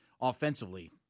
offensively